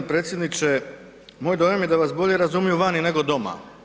G. predsjedniče, moj dojam je da vas bolje razumiju vani nego doma.